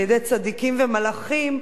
על-ידי צדיקים ומלאכים,